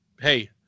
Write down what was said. hey